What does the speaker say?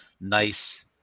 nice